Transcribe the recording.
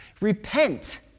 Repent